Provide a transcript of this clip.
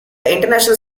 international